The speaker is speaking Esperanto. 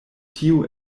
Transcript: tio